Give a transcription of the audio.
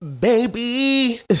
Baby